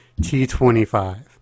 T25